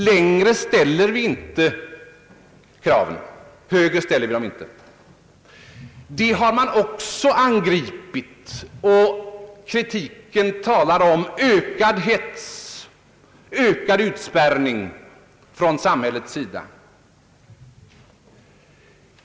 Högre ställer vi inte kraven. Detta har man också angripit, kritiken talar om ökad hets och ökad utspärrning från samhällets sida.